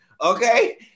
okay